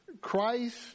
Christ